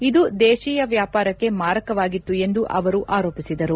ಇದು ದೇಶೀಯ ವ್ಯಾಪಾರಕ್ಕೆ ಮಾರಕವಾಗಿತ್ತು ಎಂದು ಅವರು ಆರೋಪಿಸಿದರು